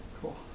Cool